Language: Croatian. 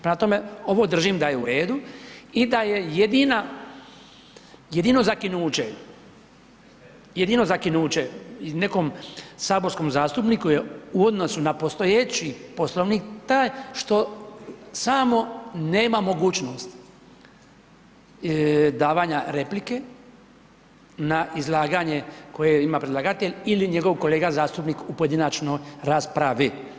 Prema tome, ovo držim da je u redu i da je jedino zakinuće, jedino zakinuće nekom saborskom zastupniku je u odnosu na postojeći Poslovnik, taj, što samo nema mogućnost davanja replike na izlaganje koje ima predlagatelj ili njegov kolega zastupnik u pojedinačnoj raspravi.